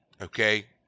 Okay